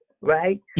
right